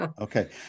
Okay